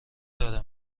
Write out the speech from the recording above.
داره